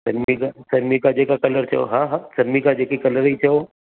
सनमिका सनमिका जेका कलर चओ हा हा सनमिका जेकी कलर जी चओ